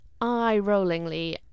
eye-rollingly